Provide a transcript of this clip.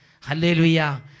Hallelujah